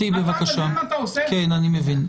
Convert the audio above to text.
אני מבין.